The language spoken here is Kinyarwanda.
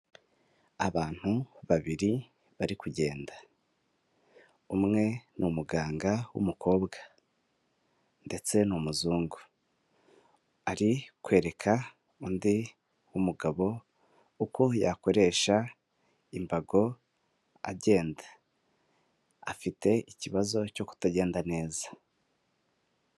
Abantu babiri bari kugenda umwe ni umuganga w'umukobwa ndetse n'umuzungu arikwereka undi mugabo uko yakoresha imbago agenda afite ikibazo cyo kutagenda neza.